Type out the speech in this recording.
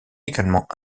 également